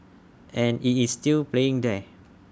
and IT is still playing there